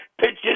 pitches